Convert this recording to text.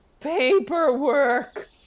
paperwork